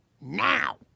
Now